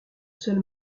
seul